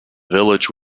village